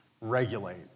regulate